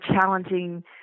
challenging